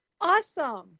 Awesome